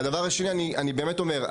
והדבר השני אני באמת אומר,